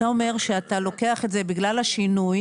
אתה אומר שאתה לוקח את זה בגלל השינוי